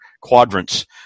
quadrants